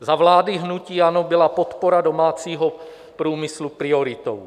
Za vlády hnutí ANO byla podpora domácího průmyslu prioritou.